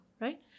right